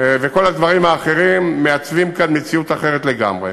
וכל הדברים האחרים, מעצבים כאן מציאות אחרת לגמרי.